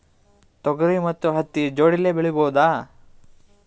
ತೊಗರಿ ಮತ್ತು ಹತ್ತಿ ಜೋಡಿಲೇ ಬೆಳೆಯಬಹುದಾ?